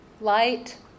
light